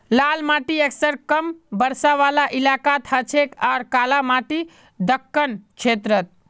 लाल माटी अक्सर कम बरसा वाला इलाकात हछेक आर कलवा माटी दक्कण क्षेत्रत